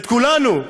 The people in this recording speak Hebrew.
את כולנו.